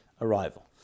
arrival